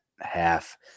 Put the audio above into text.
half